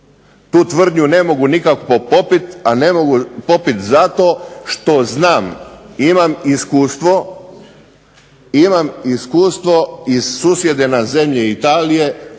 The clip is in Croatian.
Tu tvrdnju ne mogu nikako popit, a ne mogu popit zato što znam, imam iskustvo iz susjedne nam zemlje Italije